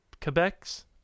Quebec's